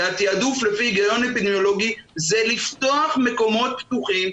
והתעדוף לפי הגיון אפידמיולוגי זה לפתוח מקומות פתוחים.